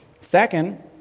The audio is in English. Second